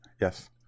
yes